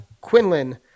Quinlan